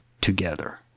together